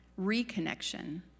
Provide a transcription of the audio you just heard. reconnection